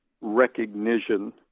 recognition